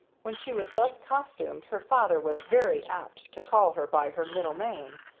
when she was thus costumed her father was very apt to call her by her middle name,